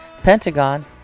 Pentagon